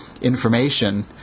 information